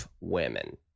women